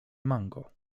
mango